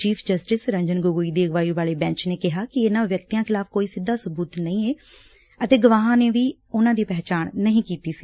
chief justice Ranjan Gogoi ਦੀ ਅਗਵਾਈ ਵਾਲੇ ਬੈਂਚ ਨੇ ਕਿਹਾ ਕਿ ਇਨਾਂ ਵਿਅਕਤੀਆਂ ਖਿਲਾਫ਼ ਕੋਈ ਸਿੱਧਾ ਸਬੁਤ ਨਹੀ ਏ ਅਤੇ ਗਵਾਹਾ ਨੇ ਵੀ ਉਨਾ ਦੀ ਪਹਿਚਾਣ ਨਹੀ ਕੀਡੀ ਸੀ